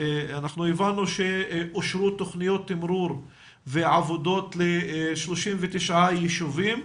אנחנו הבנו שאושרו תכניות תימרור ועבודות ל-39 ישובים,